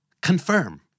Confirm